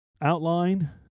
outline